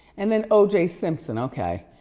and then o. j. simpson, okay.